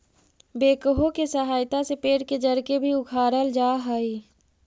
backhoe के सहायता से पेड़ के जड़ के भी उखाड़ल जा हई